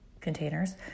containers